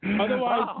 Otherwise